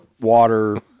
water